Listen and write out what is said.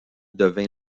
devint